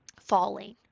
falling